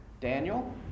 Daniel